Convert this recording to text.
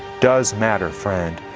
does matter friend.